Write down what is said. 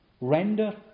Render